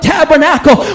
Tabernacle